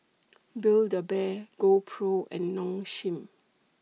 Build A Bear GoPro and Nong Shim